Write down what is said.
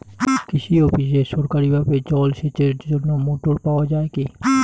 কৃষি অফিসে সরকারিভাবে জল সেচের জন্য মোটর পাওয়া যায় কি?